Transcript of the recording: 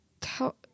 tell